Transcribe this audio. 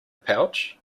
pouch